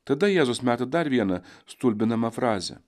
tada jėzus meta dar vieną stulbinamą frazę